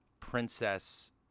princess